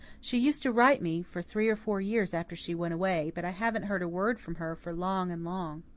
she used to write me for three or four years after she went away, but i haven't heard a word from her for long and long.